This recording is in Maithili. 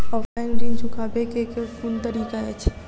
ऑफलाइन ऋण चुकाबै केँ केँ कुन तरीका अछि?